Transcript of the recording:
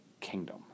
kingdom